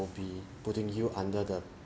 be putting you under the